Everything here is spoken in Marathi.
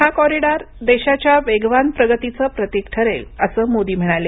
हा कोरीडओर देशाच्या वेगवान प्रगतीचं प्रतिक ठरेल असं मोदी म्हणाले